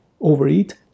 Overeat